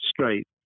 straight